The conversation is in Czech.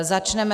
Začneme...